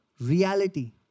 Reality